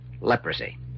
Leprosy